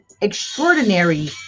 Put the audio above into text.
extraordinary